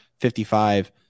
55